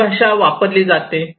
कोणती भाषा वापरली जाते